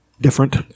Different